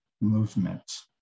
movement